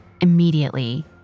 Immediately